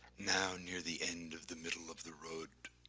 now near the end of the middle of the road,